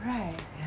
right